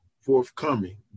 forthcoming